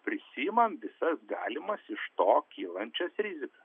prisiimam visas galimas iš to kylančias rizikas